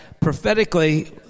Prophetically